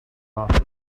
office